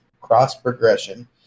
cross-progression